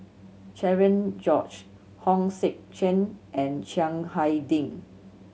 Cherian George Hong Sek Chern and Chiang Hai Ding